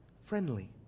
friendly